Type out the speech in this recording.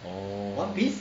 orh